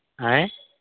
ఆయ్